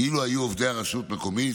כאילו היו עובדי רשות מקומית.